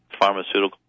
pharmaceutical